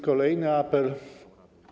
Kolejny apel.